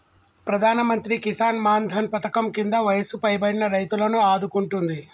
ప్రధానమంత్రి కిసాన్ మాన్ ధన్ పధకం కింద వయసు పైబడిన రైతులను ఆదుకుంటుంది